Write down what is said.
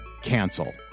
cancel